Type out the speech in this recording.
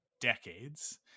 decades